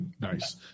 Nice